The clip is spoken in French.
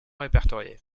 répertoriés